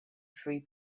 three